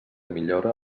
millora